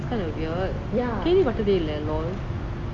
that's kind of weird கேள்விப்பட்டதே இல்ல:kealvipatathey illa